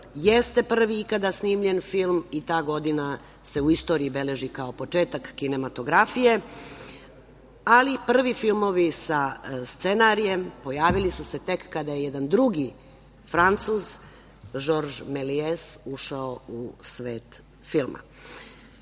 jeste prvi ikada snimljen film i ta godina se u istoriji beleži kao početak kinematografije. Ali, prvi filmovi sa scenarijem pojavili su se tek kada je jedan drugi Francuz Žorž Melijes ušao u svet filma. Držeći